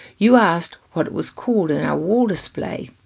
you asked what it was called in our wall display.